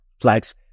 flags